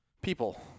people